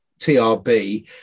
TRB